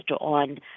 on